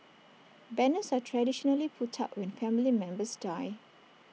banners are traditionally put up when family members die